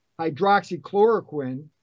hydroxychloroquine